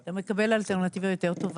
אתה מקבל אלטרנטיבה יותר טובה.